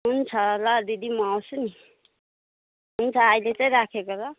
हुन्छ ल दिदी म आउँछु नि हुन्छ अहिले चाहिँ राखेको ल